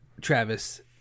Travis